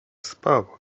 spał